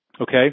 Okay